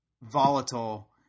volatile